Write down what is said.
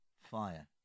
fire